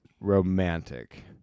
romantic